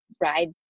ride